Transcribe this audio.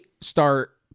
start